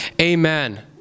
amen